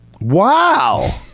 Wow